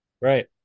Right